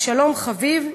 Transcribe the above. אבשלום חביב,